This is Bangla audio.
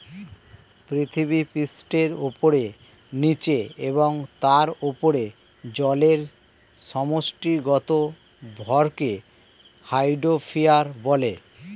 পৃথিবীপৃষ্ঠের উপরে, নীচে এবং তার উপরে জলের সমষ্টিগত ভরকে হাইড্রোস্ফিয়ার বলে